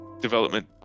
development